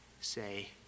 say